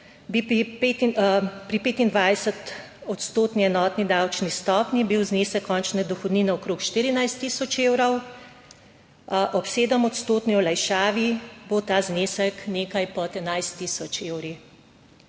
pri 25 odstotni enotni davčni stopnji bil znesek končne dohodnine okrog 14 tisoč evrov, ob sedem odstotni olajšavi bo ta znesek nekaj pod 11 tisoč evri.